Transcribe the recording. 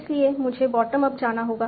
इसलिए मुझे bottom up जाना होगा